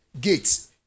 Gates